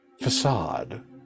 facade